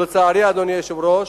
אדוני היושב-ראש,